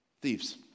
Thieves